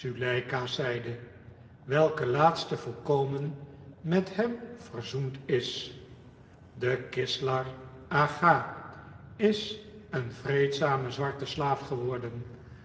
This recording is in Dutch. welke laatste volkomen met hem verzoend is de kislar aga is een vreedzame zwarte slaaf geworden